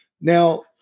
Now